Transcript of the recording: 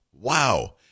wow